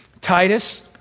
Titus